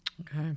Okay